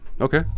Okay